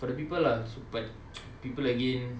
for the people lah but people again